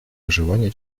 выживания